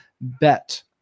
bet